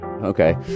Okay